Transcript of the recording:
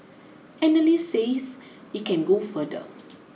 analysts says it can go further